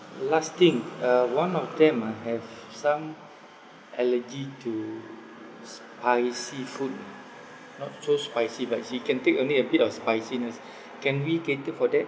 last thing uh one of them ah have some allergy to spicy food you know not so spicy but he can take only a bit of spiciness can we cater for that